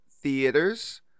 theaters